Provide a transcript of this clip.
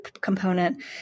component